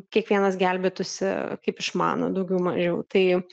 kiekvienas gelbėtųsi kaip išmano daugiau mažiau tai